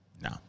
No